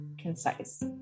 concise